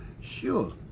Sure